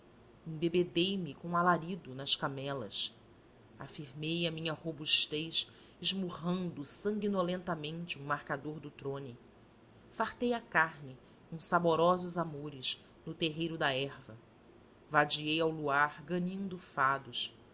nuca embebedei me com alarido nas camelas afirmei a minha robustez esmurrando sanguinolentamente um marcador do trony fartei a carme com saborosos amores no terreiro da erva vadiei ao luar ganindo fados